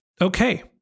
Okay